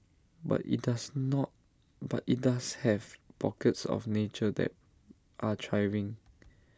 but IT does not but IT does have pockets of nature that are thriving